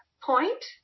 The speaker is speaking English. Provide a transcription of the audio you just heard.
point